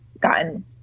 gotten